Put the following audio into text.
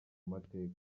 mateka